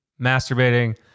masturbating